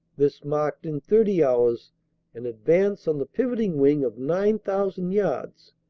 this marked in thirty hours an advance on the pivoting wing of nine thousand yards,